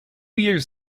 years